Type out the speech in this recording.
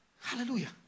Hallelujah